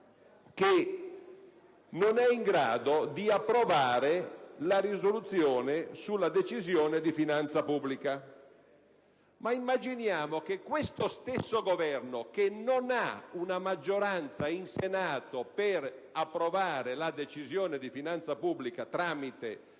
che non è in grado di approvare la risoluzione sulla Decisione di finanza pubblica. Immaginiamo, però, che questo stesso Governo, che non ha una maggioranza in Senato per approvare la Decisione di finanza pubblica tramite